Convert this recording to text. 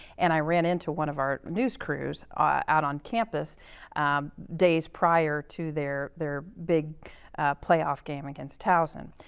and i ran into one of our news crews ah out on campus days prior to their their big playoff game against towson.